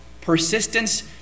Persistence